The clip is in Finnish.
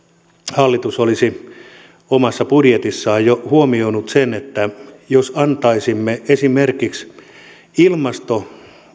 hallitus olisi jo omassa budjetissaan huomioinut sen niin että antaisimme esimerkiksi ilmaston